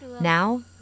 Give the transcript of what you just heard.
Now